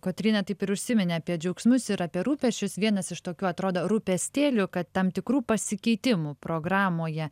kotryna taip ir užsiminė apie džiaugsmus ir apie rūpesčius vienas iš tokių atrodo rūpestėlių kad tam tikrų pasikeitimų programoje